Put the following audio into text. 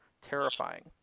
terrifying